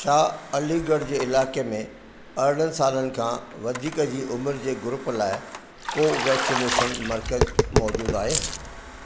छा अलीगढ़ जे इलाइक़े में अरिड़हनि सालनि जी उमिरि जे ग्रुप लाइ को वैक्सीनेशन मर्कज़ु मौजूदु आहे